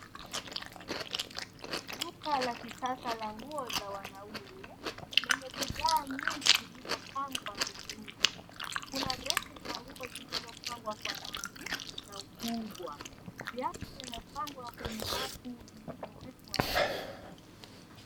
Duka la kisasa la nguo za wanaume lenye bidhaa nyingi zilizopangwa vizuri, kuna rafu za nguo zilizopangwa kwa rangi kwa ukubwa. Viatu vimepangwa kwenye rafu zilizowekwa vizuri.